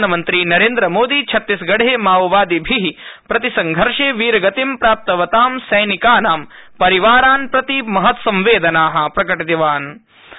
प्रधानमंत्री नरेन्द्र मोदी छत्तीसगढेमाओवादिभिः प्रतिसङ्घर्षे वीरगति प्राप्तवतां सैनिकानां परिवारान् प्रति महत्संवेदनाप्रकटितवान्